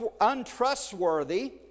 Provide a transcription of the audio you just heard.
untrustworthy